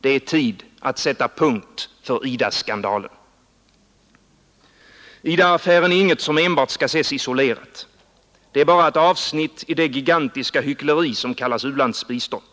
Det är tid att sätta punkt för IDA-skandalen. IDA-affären är inget som enbart skall ses isolerat. Det är bara ett avsnitt i det gigantiska hyckleri som kallas u-landsbistånd.